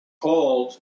called